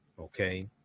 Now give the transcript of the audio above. okay